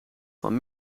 van